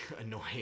annoying